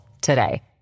today